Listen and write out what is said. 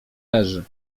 leży